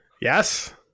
Yes